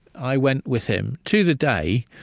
i went with him, to the day,